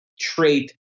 trait